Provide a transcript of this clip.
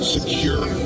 Secure